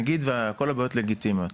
נגיד וכל הבעיות לגיטימיות.